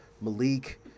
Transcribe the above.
malik